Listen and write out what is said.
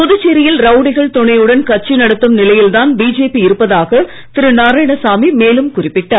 புதுச்சேரியில் ரவுடிகள் துணையுடன் கட்சி நடத்தும் நிலையில்தான் பிஜேபி இருப்பதாக திரு நாராயணசாமி மேலும் குறிப்பிட்டார்